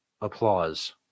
applause